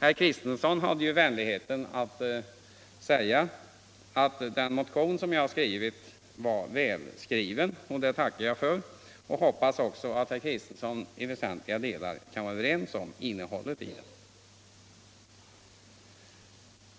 Herr Kristenson hade vänligheten att säga att den motion som jag har skrivit var välskriven, och det tackar jag för. Jag hoppas att herr Kristenson i väsentliga delar kan vara överens med mig om innehållet i